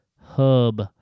hub